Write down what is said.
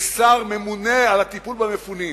יש שר ממונה על הטיפול במפונים.